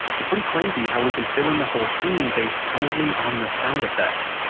it's pretty crazy how we can fill in the whole scene based solely on the sound effects,